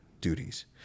duties